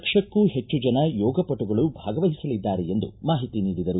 ಲಕ್ಷಕ್ಕೂ ಹೆಚ್ಚು ಜನ ಯೋಗಪಟುಗಳು ಭಾಗವಹಿಸಲಿದ್ದಾರೆ ಎಂದು ಮಾಹಿತಿ ನೀಡಿದರು